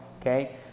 okay